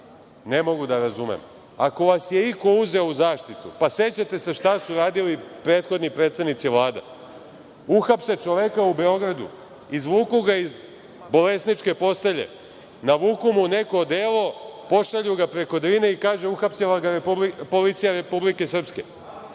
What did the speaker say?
ne mogu da razumem. Ako vas je iko uzeo u zaštitu, pa sećate se šta su radili prethodni predsednici Vlada? Uhapse čoveka u Beogradu, izvuku ga iz bolesničke postelje, navuku mu neko odelo, pošalju ga preko Drine i kažu – uhapsila ga policija Republike Srpske.